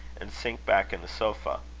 and sink back in the sofa.